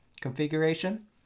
configuration